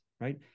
right